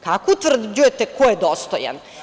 Kako utvrđujete ko je dostojan?